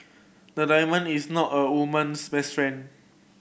a diamond is not a woman's best friend